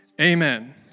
Amen